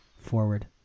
forward